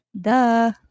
Duh